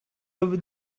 over